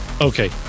okay